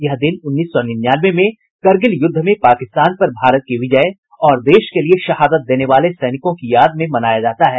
यह दिन उन्नीस सौ निन्यानवे में करगिल युद्ध में पाकिस्तान पर भारत की विजय और देश के लिए शहादत देने वाले सैनिकों की याद में मनाया जाता है